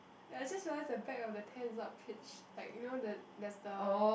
ya I just realise the back of the tent is not pitch like you know the there's the